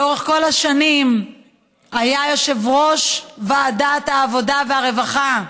שלאורך כל השנים היה יושב-ראש ועדת העבודה והרווחה,